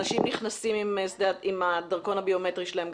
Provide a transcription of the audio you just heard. אנשים נכנסים עם הדרכון הביומטרי שלהם,